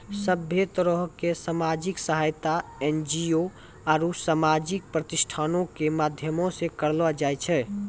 सभ्भे तरहो के समाजिक सहायता एन.जी.ओ आरु समाजिक प्रतिष्ठानो के माध्यमो से करलो जाय छै